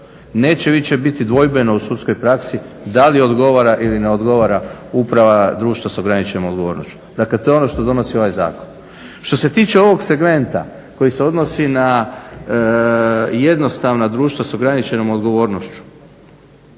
Neće više biti dvojbeno u sudskoj praksi da li odgovara ili ne odgovara uprava društva s ograničenom odgovornošću. Dakle, to je ono što donosi ovaj zakon. Što se tiče ovog segmenta koji se odnosi na jednostavna društva s ograničenom odgovornošću